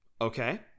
Okay